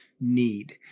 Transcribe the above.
need